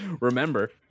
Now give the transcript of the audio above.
Remember